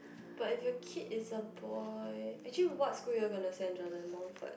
but if your kid is a boy actually what school you all gonna send Jordan Montfort